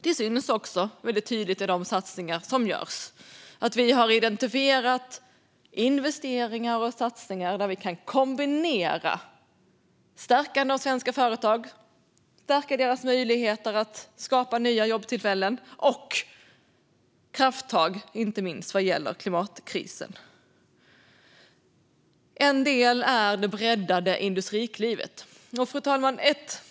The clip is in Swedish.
Det syns också väldigt tydligt i de satsningar som görs att vi har identifierat investeringar och satsningar där vi kan kombinera stärkande av svenska företag - stärka deras möjligheter att skapa nya jobbtillfällen - med krafttag inte minst vad gäller klimatkrisen. En del är det breddade Industriklivet. Fru talman!